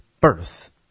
birth